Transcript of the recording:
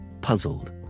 puzzled